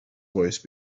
voice